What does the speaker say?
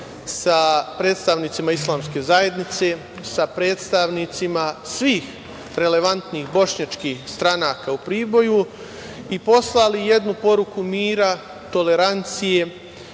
sa predstavnicima islamske zajednice, sa predstavnicima svih relevantnih bošnjačkih stranaka u Priboju i poslali jednu poruku mira, tolerancije,